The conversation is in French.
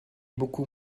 beaucoup